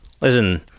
Listen